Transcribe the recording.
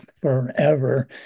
forever